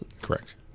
Correct